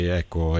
ecco